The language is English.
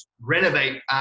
renovate